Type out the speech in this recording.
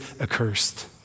accursed